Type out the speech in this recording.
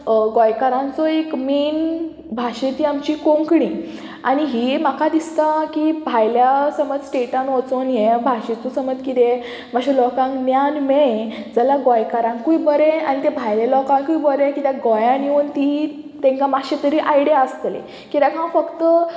गोंयकारांचो एक मेन भाशा ती आमची कोंकणी आनी ही म्हाका दिसता की भायल्या समज स्टेटान वचून हे भाशेचो समज कितें मातशें लोकांक ज्ञान मेळ्ळे जाल्यार गोंयकारांकूय बरें आनी ते भायल्या लोकांकूय बरें किद्याक गोंयान येवन ती तेंकां मातशें तरी आयडिया आसतली किद्याक हांव फक्त